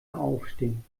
aufstehen